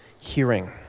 hearing